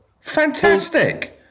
Fantastic